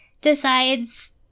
decides